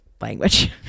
language